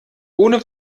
ohne